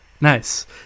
nice